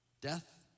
Death